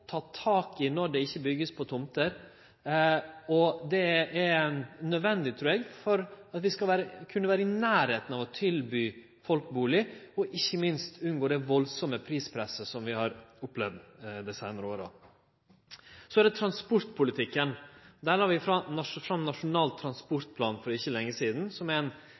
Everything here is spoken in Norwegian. ta tak når det ikkje vert bygd på tomter. Det er nødvendig, trur eg, for at vi skal kunne vere i nærleiken av å tilby folk bustad, og ikkje minst for å unngå det valdsame prispresset som vi har opplevd dei seinare åra. Så er det transportpolitikken. Vi la fram Nasjonal transportplan for ikkje lenge sidan, der det er